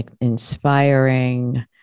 inspiring